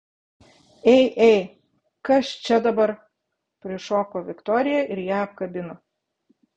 ei ei kas čia dabar prišoko viktorija ir ją apkabino